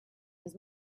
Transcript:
his